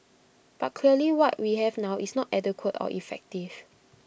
but clearly what we have now is not adequate or effective